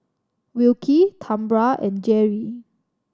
Wilkie Tambra and Jeri